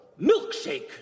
milkshake